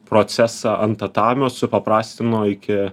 procesą ant tatamio supaprastino iki